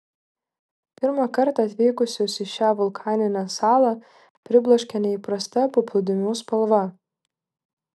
pirmą kartą atvykusius į šią vulkaninę salą pribloškia neįprasta paplūdimių spalva